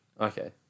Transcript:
Okay